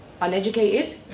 uneducated